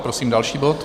Prosím další bod.